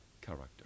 character